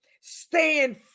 Stand